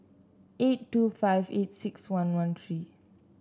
eight two five eight six one one three